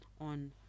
on